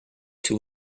too